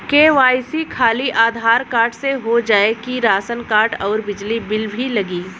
KYC खाली Aadhaar card से हो जाए कि राशन कार्ड अउर बिजली बिल भी लगी?